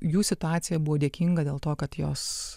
jų situacija buvo dėkinga dėl to kad jos